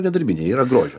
nedarbiniai yra grožio